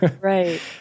Right